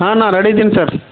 ಹಾಂ ನಾನು ರಡಿ ಇದೀನಿ ಸರ್